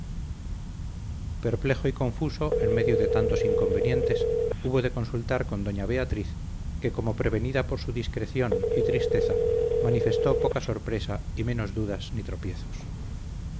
perplejo y confuso en medio de tantos inconvenientes hubo de consultar con doña beatriz que como prevenida por su discreción y tristeza manifestó poca sorpresa y menos dudas ni tropiezos